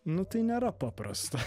nu tai nėra paprasta